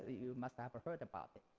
you must have heard about it.